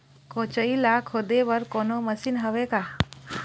कोचई ला खोदे बर कोन्हो मशीन हावे का?